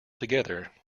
together